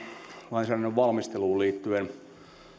lainsäädännön valmisteluun liittyen